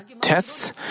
tests